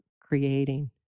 creating